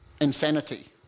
insanity